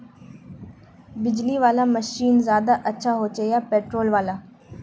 बिजली वाला मशीन ज्यादा अच्छा होचे या पेट्रोल वाला?